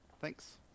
Thanks